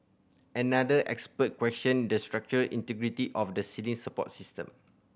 another expert questioned the structural integrity of the ceiling support system